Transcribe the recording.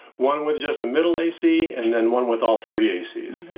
one with just the middle a c, and then one with all three a cs,